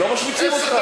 לא משמיצים אותך.